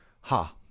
Ha